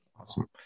Awesome